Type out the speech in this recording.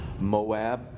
Moab